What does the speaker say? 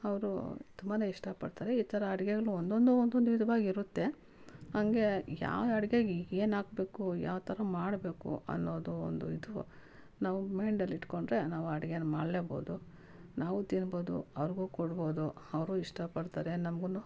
ಅವರು ತುಂಬಾ ಇಷ್ಟಪಡ್ತಾರೆ ಈ ಥರ ಅಡಿಗೆಗಳನ್ನು ಒಂದೊಂದು ಒಂದೊಂದು ವಿಧ್ವಾಗಿರುತ್ತೆ ಹಂಗೆ ಯಾವ ಅಡಿಗೆಗೆ ಏನು ಹಾಕಬೇಕು ಯಾವ್ತರ ಮಾಡಬೇಕು ಅನ್ನೋದು ಒಂದು ಇದು ನಾವು ಮೈಂಡಲ್ಲಿ ಇಟ್ಟುಕೊಂಡ್ರೆ ನಾವು ಅಡಿಗೆಯನ್ನು ಮಾಡಲೆಬಹುದು ನಾವೂ ತಿನ್ಬೋದು ಅವ್ರಿಗೂ ಕೊಡಬಹುದು ಅವರು ಇಷ್ಟಪಡ್ತಾರೆ ನಮ್ಗು